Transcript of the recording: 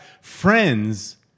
friends